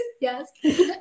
Yes